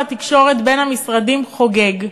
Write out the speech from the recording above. חוסר התקשורת בין המשרדים חוגג.